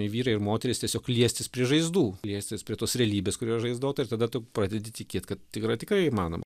vyrai ir moterys tiesiog liestis prie žaizdų liestis prie tos realybės kuri yra žaizdota tada tu pradedi tikėt kad yra tikrai įmanoma